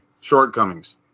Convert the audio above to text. shortcomings